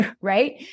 right